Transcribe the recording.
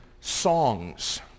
songs